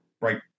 right